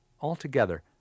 Altogether